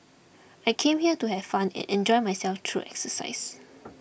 I came here to have fun and enjoy myself through exercise